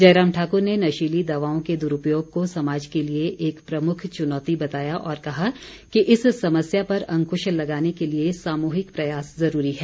जयराम ठाकुर ने नशीली दवाओं के दुरूपयोग को समाज के लिए एक प्रमुख चुनौती बताया और कहा कि इस समस्या पर अंकृश लगाने के लिए सामूहिक प्रयास ज़रूरी हैं